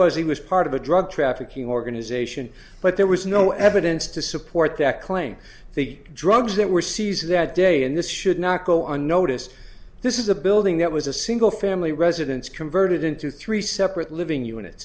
was he was part of a drug trafficking organization but there was no evidence to support that claim the drugs that were seized that day and this should not go unnoticed this is a building that was a single family residence converted into three separate living unit